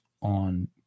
on